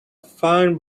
fine